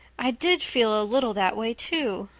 i did feel a little that way, too,